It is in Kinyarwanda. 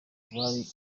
rwari